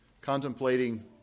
contemplating